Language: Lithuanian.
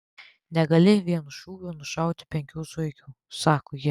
negali vienu šūviu nušauti penkių zuikių sako ji